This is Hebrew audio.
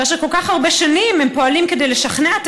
אחרי שכל כך הרבה שנים הם פועלים כדי לשכנע את